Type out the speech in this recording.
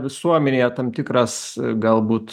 visuomenėje tam tikras galbūt